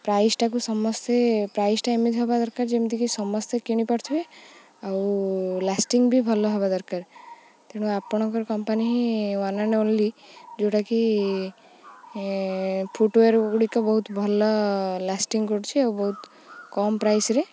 ପ୍ରାଇସ୍ଟାକୁ ସମସ୍ତେ ପ୍ରାଇସ୍ଟା ଏମିତି ହେବା ଦରକାର ଯେମିତିକି ସମସ୍ତେ କିଣିପାରୁଥିବେ ଆଉ ଲାଷ୍ଟିଂ ବି ଭଲ ହେବା ଦରକାର ତେଣୁ ଆପଣଙ୍କର କମ୍ପାନୀ ହିଁ ୱାନ୍ ଆଣ୍ଡ୍ ଓନ୍ଲି ଯେଉଁଟାକି ଫୁଟ୍ୱେର୍ଗୁଡ଼ିକ ବହୁତ ଭଲ ଲାଷ୍ଟିଂ କରୁଛିି ଆଉ ବହୁତ କମ୍ ପ୍ରାଇସ୍ରେ